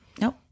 Nope